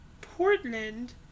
Portland